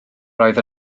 roedd